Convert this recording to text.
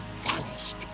vanished